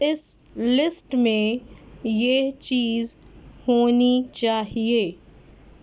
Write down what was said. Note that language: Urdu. اس لسٹ میں یہ چیز ہونی چاہیے